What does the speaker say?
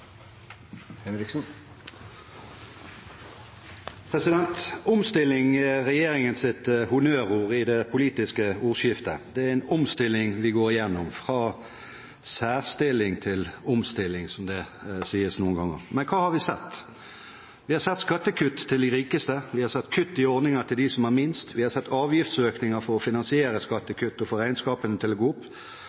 en omstilling vi går igjennom – fra særstilling til omstilling, som det sies noen ganger. Men hva har vi sett? Vi har sett skattekutt til de rikeste, vi har sett kutt i ordninger til dem som har minst, vi har sett avgiftsøkninger for å finansiere skattekutt og for å få regnskapene til å gå opp,